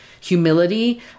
humility